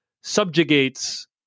subjugates